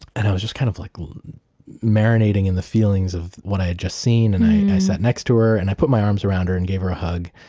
and i was just kind of like marinating in the feelings of what i had just seen, and i and i sat next to her, and i put my arms around her and gave her a hug.